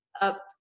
up